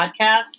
podcast